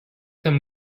them